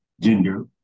gender